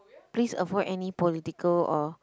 please avoid any political or